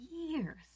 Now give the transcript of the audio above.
years